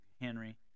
Henry